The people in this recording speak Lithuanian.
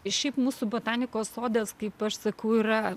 šiaip mūsų botanikos sodas kaip aš sakau yra